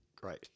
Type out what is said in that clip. Great